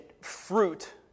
fruit